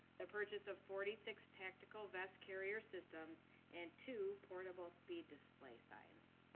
the purchase of forty six tactical vest carrier systems and two portable speed display signs.